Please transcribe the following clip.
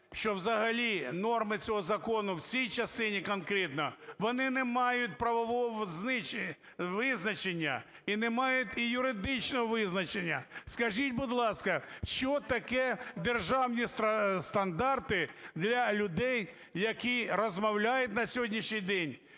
що взагалі норми цього закону в цій частині конкретно вони не мають правового визначення і не мають і юридичного визначення. Скажіть, будь ласка, що таке державні стандарти для людей, які розмовляють на сьогоднішній день